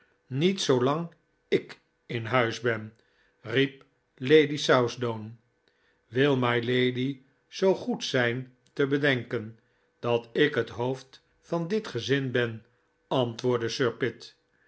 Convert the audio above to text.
niet zoolang ik in huis ben riep lady southdown wil mylady zoo goed zijn te bedenken dat ik het hoofd van dit gezin ben antwoordde sir